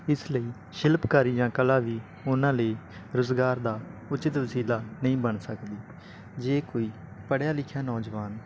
ਇਸ ਲਈ ਸ਼ਿਲਪਕਾਰੀ ਜਾਂ ਕਲਾ ਵੀ ਉਹਨਾਂ ਲਈ ਰੁਜ਼ਗਾਰ ਦਾ ਉਚਿੱਤ ਵਸੀਲਾ ਨਹੀਂ ਬਣ ਸਕਦੀ ਜੇ ਕੋਈ ਪੜ੍ਹਿਆ ਲਿਖਿਆ ਨੌਜਵਾਨ